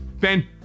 Ben